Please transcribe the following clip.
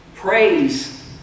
Praise